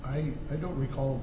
i don't recall